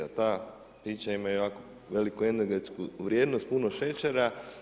A ta pića imaju jako veliku energetsku vrijednost, puno šećera.